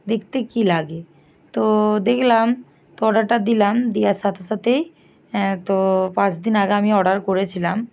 দেখতে কি লাগে তো দেখলাম তো অর্ডারটা দিলাম দেওয়ার সাথে সাথেই তো পাঁচ দিন আগে আমি অর্ডার করেছিলাম